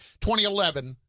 2011